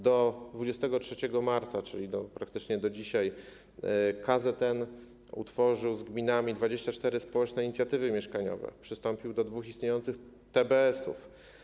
Do 23 marca, czyli praktycznie do dzisiaj, KZN utworzył z gminami 24 społeczne inicjatywy mieszkaniowe, przystąpił do dwóch istniejących TBS-ów.